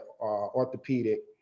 orthopedic